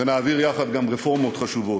ונעביר יחד גם רפורמות חשובות.